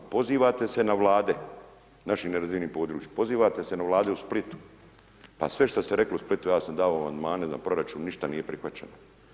Pozivate se na Vlade, našim nerazvijenim područjima, pozivate se na Vlade u Splitu, pa sve što ste rekli u Splitu, ja sam dao Amandmane na proračun, ništa nije prihvaćeno.